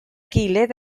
gilydd